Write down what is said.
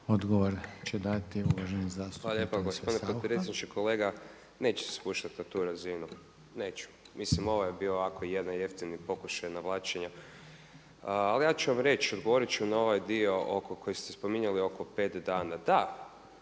**Saucha, Tomislav (SDP)** Hvala lijepo gospodine potpredsjedniče. Kolega, neću se spuštati na tu razinu, neću. Mislim ovo je bio ovako jedan jeftini pokušaj navlačenja. Ali ja ću vam reći odgovorit ću vam na ovaj dio koji ste spominjali oko pet dana. Da,